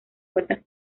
vueltas